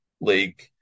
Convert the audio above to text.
League